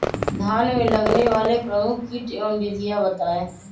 धान में लगने वाले प्रमुख कीट एवं विधियां बताएं?